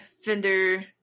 Fender